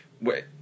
Wait